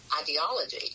ideology